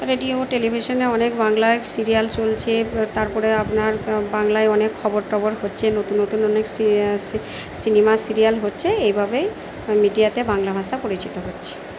radio টেলিভিশানে অনেক বাংলার সিরিয়াল চলছে তারপরে আপনার বাংলায় অনেক খবর টবর হচ্চে নতুন নতুন অনেক সিনেমা সিরিয়াল হচ্ছে এইভাবেই মিডিয়াতে বাংলা ভাষা পরিচিত হচ্ছে